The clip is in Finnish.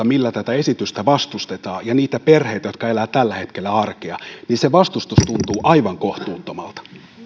millä tätä esitystä vastustetaan ja niitä perheitä jotka elävät tällä hetkellä arkea niin se vastustus tuntuu aivan kohtuuttomalta